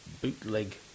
Bootleg